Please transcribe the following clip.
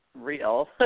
real